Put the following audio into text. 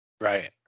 Right